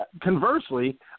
conversely